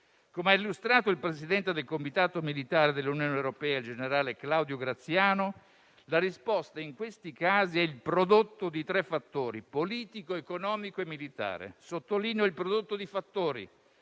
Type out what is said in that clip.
Come ha illustrato il presidente del Comitato militare dell'Unione europea, generale Claudio Graziano, la risposta in questi casi è il prodotto di tre fattori: politico, economico e militare. Sottolineo il prodotto di fattori,